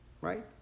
Right